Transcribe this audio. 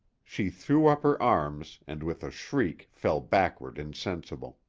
she threw up her arms and with a shriek fell backward insensible